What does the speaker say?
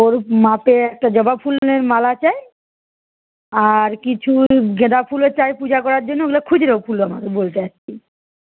ওর মাপে একটা জবাফুলের মালা চাই আর কিছু গেঁদা ফুলও চাই পূজা করার জন্য ওগুলো খুচরো ফুল আমাদের বলতে আর কি